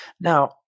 Now